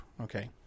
okay